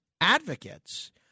advocates